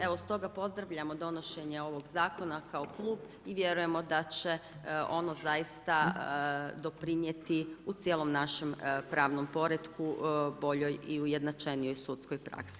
Evo stoga pozdravljamo donošenje ovog zakona kao klub i vjerujemo da će ono zaista doprinijeti u cijelom našem pravnom poretku boljoj i ujednačenijoj sudskoj praksi.